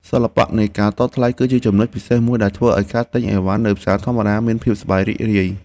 សិល្បៈនៃការតថ្លៃគឺជាចំណុចពិសេសមួយដែលធ្វើឱ្យការទិញអីវ៉ាន់នៅផ្សារធម្មតាមានភាពសប្បាយរីករាយ។